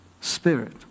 spirit